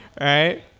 right